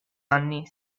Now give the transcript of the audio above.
anni